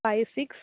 five six